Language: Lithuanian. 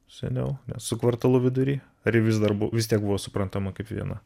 seniau nes su kvartalu vidury ar ji vis dar vis tiek buvo suprantama kaip viena